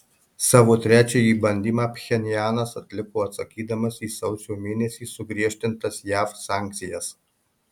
savo trečiąjį bandymą pchenjanas atliko atsakydamas į sausio mėnesį sugriežtintas jav sankcijas